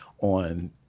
on